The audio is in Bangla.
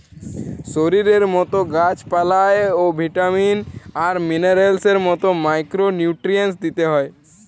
শরীরের মতো গাছ পালায় ও ভিটামিন আর মিনারেলস এর মতো মাইক্রো নিউট্রিয়েন্টস দিতে হয়